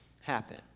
happen